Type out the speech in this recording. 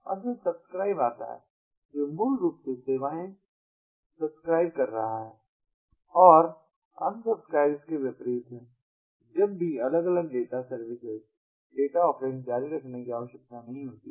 और फिर सब्सक्राइब आता है जो मूल रूप से सेवाओं सब्सक्राइब कर रहा है और अनसब्सक्राइब इसके विपरीत है जब भी अलग अलग डेटा सर्विसेज डेटा ऑफरिंग्स जारी रखने की आवश्यकता नहीं होती है